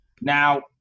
Now